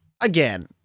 again